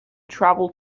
travel